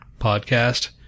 podcast